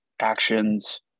actions